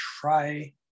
try